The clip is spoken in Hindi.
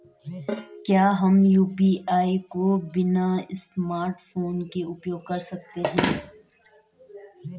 क्या हम यु.पी.आई को बिना स्मार्टफ़ोन के प्रयोग कर सकते हैं?